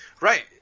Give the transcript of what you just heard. right